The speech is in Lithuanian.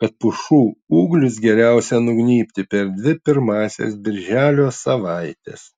kad pušų ūglius geriausiai nugnybti per dvi pirmąsias birželio savaites